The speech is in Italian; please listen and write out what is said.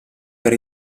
per